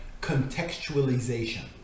contextualization